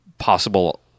Possible